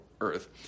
earth